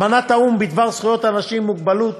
אמנת האו"ם בדבר זכויות אנשים עם מוגבלות